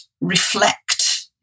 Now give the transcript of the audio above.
reflect